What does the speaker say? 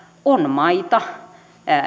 on maita